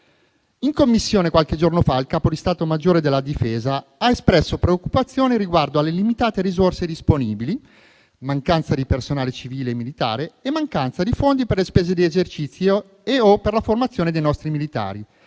In Commissione, qualche giorno fa, il Capo di stato maggiore della Difesa ha espresso preoccupazione riguardo alle limitate risorse disponibili: mancanza di personale civile e militare e mancanza di fondi per le spese di esercizio e/o per la formazione dei nostri militari,